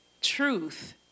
truth